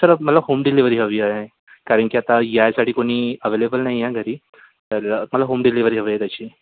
sir मला home delivery हवी आहे कारण की आत्ता यायसाठी कुणी अवेलेबल नाही आहे घरी तर मला होम डिलेव्हरी हवी आहे याची